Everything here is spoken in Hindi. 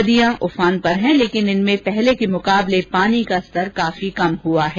नदियां उफान पर हैं लेकिन इनमें पहले के मुकाबले पानी का स्तर कम हुआ है